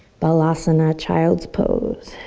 balasana, child's pose.